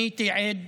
אני הייתי עד